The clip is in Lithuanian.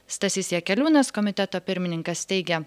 stasys jakeliūnas komiteto pirmininkas teigia